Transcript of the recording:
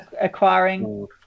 acquiring